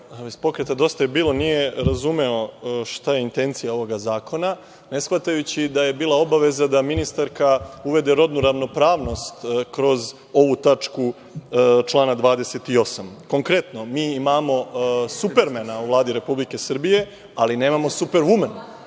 iz pokreta DJB nije razumeo šta je intencija ovog zakona, ne shvatajući da je bila obaveza da ministarka uvede rodnu ravnopravnost kroz ovu tačku člana 28.Konkretno, mi imamo supermena u Vladi Republike Srbije, ali nemamo supervumen.